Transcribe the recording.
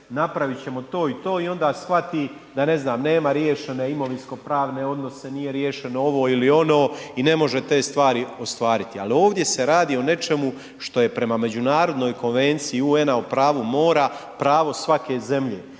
napravit ćemo to i to i onda shvati da, ne znam, nema riješene imovinsko-pravne odnose, nije riješeno ovo ili ono i ne može te stvari ostvariti, ali ovdje se radi o nečemu što je prema međunarodnoj Konvenciji UN-a o pravu mora, pravo svake zemlje